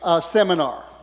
seminar